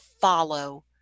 follow